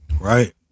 right